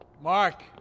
Mark